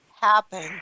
happen